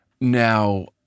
Now